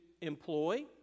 employ